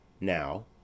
now